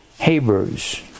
Hebrews